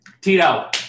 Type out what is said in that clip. Tito